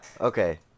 Okay